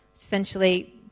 essentially